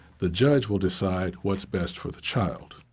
the judge will decide what's best for the child.